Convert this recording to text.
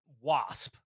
wasp